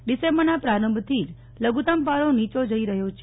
ડીસેમ્બરના પ્રારંભથી જ લઘુતમ પારો નીચો જઈ રહ્યો છે